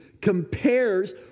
compares